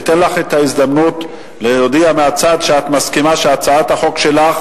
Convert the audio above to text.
אני אתן לך הזדמנות להודיע מהצד שאת מסכימה שהצעת החוק שלך